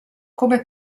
come